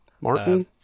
Martin